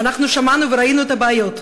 ואנחנו שמענו וראינו את הבעיות.